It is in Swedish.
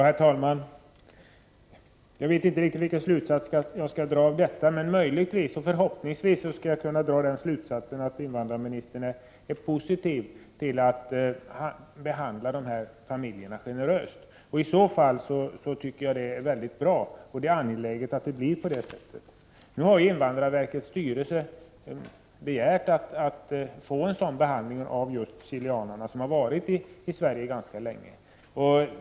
Herr talman! Jag vet inte riktigt vilken slutsats jag skall dra av statsrådets inlägg, men möjligen och förhoppningsvis skulle jag kunna dra den slutsatsen att invandrarministern är positiv till att behandla dessa familjer generöst. I så fall är det bra. Det är angeläget att det blir på det sättet. Invandrarverkets styrelse har ju begärt att de chilenare som har varit ganska länge i Sverige skall få en sådan behandling.